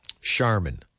Charmin